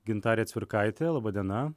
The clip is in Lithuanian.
gintarė cvirkaitė laba diena